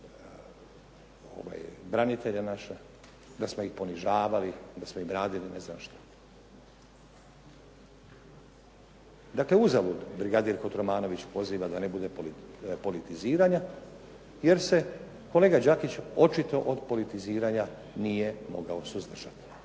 branitelje naše, da smo ih ponižavali, da smo im radili ne znam što. Dakle, uzalud brigadir Kotromanović poziva da ne bude politiziranja jer se kolega Đakić očito od politiziranja nije mogao suzdržati.